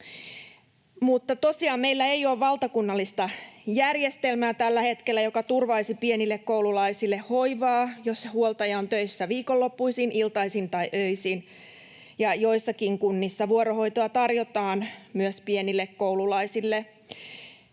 tällä hetkellä valtakunnallista järjestelmää, joka turvaisi pienille koululaisille hoivaa, jos huoltaja on töissä viikonloppuisin, iltaisin tai öisin, vaikka joissakin kunnissa vuorohoitoa tarjotaan myös pienille koululaisille.